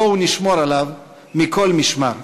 בואו נשמור עליו מכל משמר.